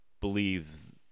believe